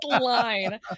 line